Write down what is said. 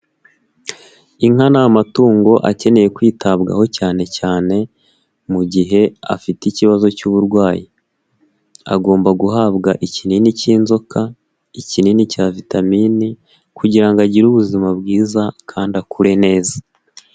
Inka ni amatungo akeneye kwitabwaho cyane cyane mu gihe afite ikibazo cy'uburwayi. Agomba guhabwa ikinini cy'inzoka, ikinini cya vitamine kugira ngo agire ubuzima bwiza kandi akure neza.